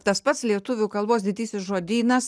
tas pats lietuvių kalbos didysis žodynas